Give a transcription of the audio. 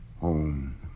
Home